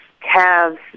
calves